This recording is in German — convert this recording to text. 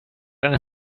eine